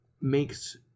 makes